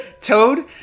Toad